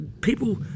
people